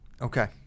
Okay